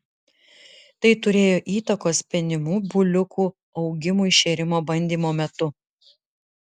tai turėjo įtakos penimų buliukų augimui šėrimo bandymo metu